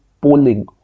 polling